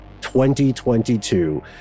2022